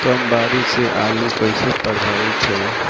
कम बारिस से आलू कइसे प्रभावित होयी?